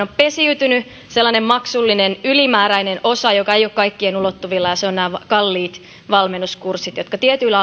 on pesiytynyt sellainen maksullinen ylimääräinen osa joka ei ole kaikkien ulottuvilla ja se on nämä kalliit valmennuskurssit jotka tietyillä